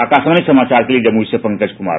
आकाशवाणी समाचार के लिए जमुई से पंकज कुमार